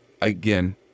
again